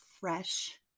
fresh